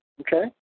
okay